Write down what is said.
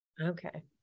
Okay